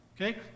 Okay